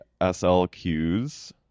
SLQs